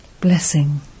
Blessing